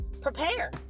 prepare